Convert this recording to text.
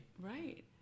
Right